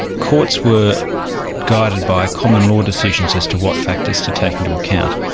courts were guided by common law decisions as to what factors to take into account.